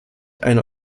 einer